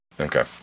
Okay